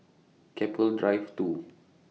Keppel Drive two